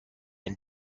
and